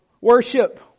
worship